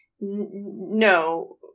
no